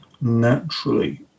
naturally